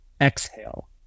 exhale